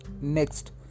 Next